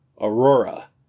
Aurora